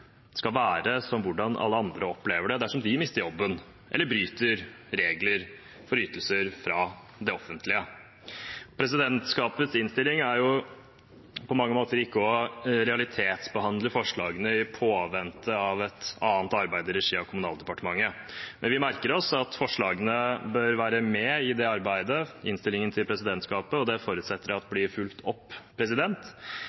skal være sånn som alle andre opplever det dersom de mister jobben eller bryter regler om ytelser fra det offentlige. Presidentskapets innstilling er på mange måter ikke å realitetsbehandle forslagene, i påvente av et annet arbeid i regi av Kommunaldepartementet. Men vi merker oss at forslagene bør være med i det arbeidet, innstillingen til presidentskapet, og det forutsetter jeg at blir fulgt opp. Vi i SV mener – og det